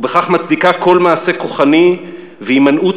ובכך מצדיקה כל מעשה כוחני והימנעות